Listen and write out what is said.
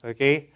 Okay